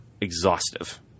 exhaustive